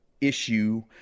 issue